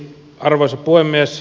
arvoisa puhemies